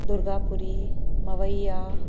Durgapuri Mawaiya